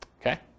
Okay